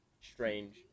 strange